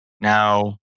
Now